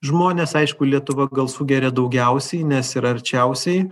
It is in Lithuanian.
žmonės aišku lietuva gal sugeria daugiausiai nes yra arčiausiai